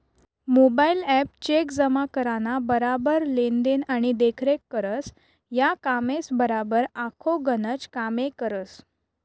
mobile app cheque जमा कराना बराबर लेन देन आणि देखरेख करस, या कामेसबराबर आखो गनच कामे करस